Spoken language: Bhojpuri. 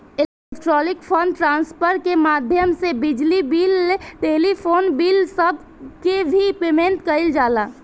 इलेक्ट्रॉनिक फंड ट्रांसफर के माध्यम से बिजली बिल टेलीफोन बिल सब के भी पेमेंट कईल जाला